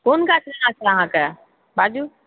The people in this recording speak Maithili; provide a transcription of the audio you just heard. कोन गाछ लेना छै अहाँकेँ बाजू